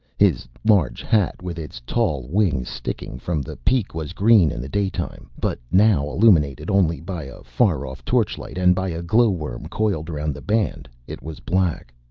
his large hat with its tall wings sticking from the peak was green in the daytime. but now, illuminated only by a far off torchlight and by a glowworm coiled around the band, it was black.